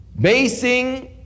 basing